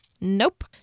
Nope